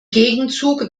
gegenzug